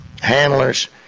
handlers